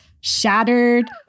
shattered